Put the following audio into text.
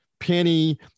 Penny